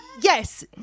yes